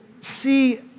see